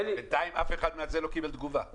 בינתיים אף אחד מהם לא קיבל תגובה.